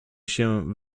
się